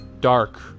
dark